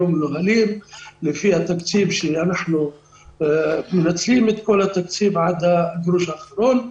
אנחנו מנוהלים לפי התקציב ואנחנו מנצלים את כל התקציב עד הגרוש האחרון.